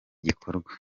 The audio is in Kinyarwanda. gikorwa